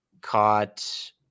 caught –